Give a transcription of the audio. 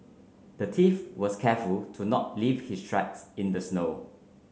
the thief was careful to not leave his tracks in the snow